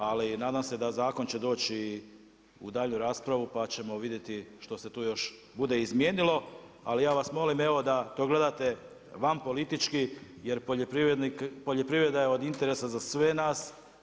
Ali, nadam se da zakon će doći u daljnju raspravu, pa ćemo vidjeti što se tu još bude izmijenilo, ali ja vas molim, evo da to gledate van politički, jer poljoprivreda je od interesa za sve nas.